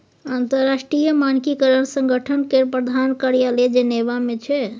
अंतरराष्ट्रीय मानकीकरण संगठन केर प्रधान कार्यालय जेनेवा मे छै